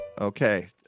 Okay